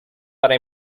para